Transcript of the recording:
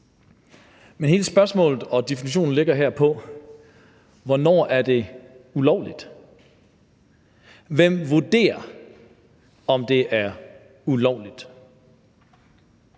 Men hele spørgsmålet og definitionen beror på, hvornår det er ulovligt. Hvem vurderer, om det er ulovligt?